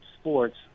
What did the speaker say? sports